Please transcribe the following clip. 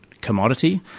commodity